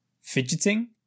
fidgeting